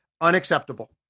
unacceptable